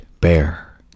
bear